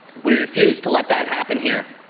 we refuse to let that happen here.